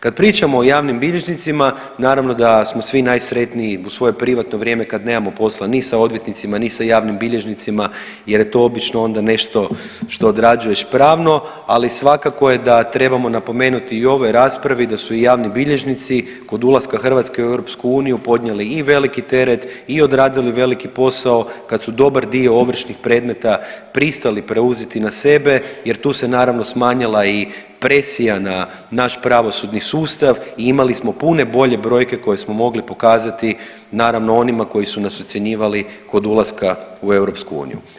Kad pričamo o javnim bilježnicima, naravno da smo svi najsretniji u svoje privatno vrijeme kad nemamo posla ni sa odvjetnicima ni sa javnim bilježnicima jer je to obično onda nešto što odrađuješ pravno, ali svakako je da trebamo napomenuti i u ovoj raspravi da u i javni bilježnici, kod ulaska Hrvatske u EU podnijeli i veliki teret i odradili veliki posao kad su dobar dio ovršnih predmeta pristali preuzeti na sebe jer tu se naravno, smanjila i presija na naš pravosudni sustav i imali smo puno bolje brojke koje smo mogli pokazati, naravno, onima koji su nas ocjenjivali kod ulaska u EU.